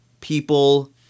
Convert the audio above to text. people